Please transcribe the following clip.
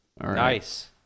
Nice